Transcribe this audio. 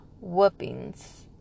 whoopings